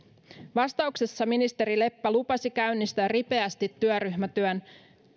vastauksessa ministeri leppä lupasi käynnistää ripeästi työryhmätyön